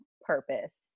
purpose